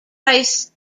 price